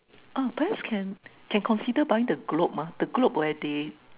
oh parents can can consider buying the globe ah the globe where they